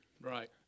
Right